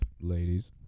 Ladies